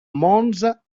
monza